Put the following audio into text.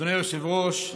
אדוני היושב-ראש,